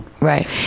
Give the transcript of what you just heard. right